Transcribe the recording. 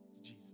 Jesus